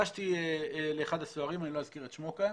ניגשתי לאחד הסוהרים, אני לא אזכיר את שמו כאן,